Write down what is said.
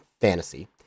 fantasy